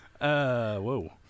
Whoa